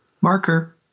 Marker